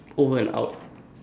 over and out